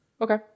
Okay